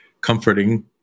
comforting